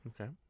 Okay